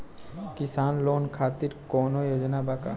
किसान लोग खातिर कौनों योजना बा का?